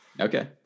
Okay